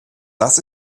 das